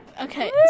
okay